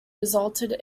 resulted